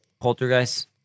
poltergeist